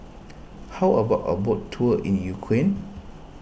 how about a boat tour in Ukraine